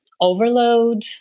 overload